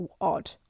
odd